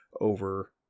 over